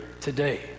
today